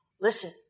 Listen